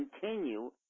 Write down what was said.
continue